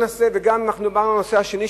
וגם אם אנחנו דיברנו על הנושא השני,